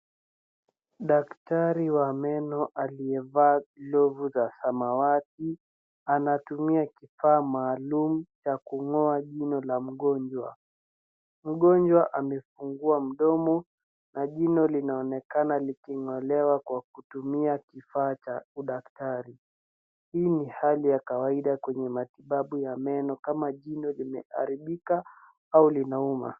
Daktari wa meno aliyevaa glovu za samawati anatumia kifaa maalum cha kung'oa jino la mgonjwa. Mgonjwa amefungua mdomo na jino linaonekana liking'olewa kwa kutumia kifaa cha udaktari. Hii ni hali ya kawaida kwenye matibabu ya meno kama jino limeharibika au linauma.